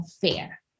fair